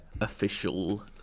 official